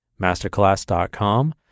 masterclass.com